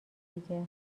دیگه